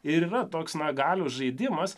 ir yra toks man galios žaidimas